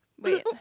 Wait